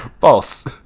false